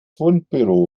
fundbüro